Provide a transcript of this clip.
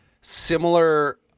similar